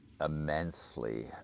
immensely